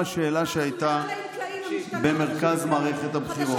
בוודאי, זו לא השאלה שהייתה במרכז מערכת הבחירות.